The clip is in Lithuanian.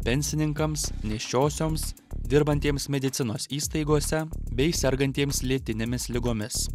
pensininkams nėščiosioms dirbantiems medicinos įstaigose bei sergantiems lėtinėmis ligomis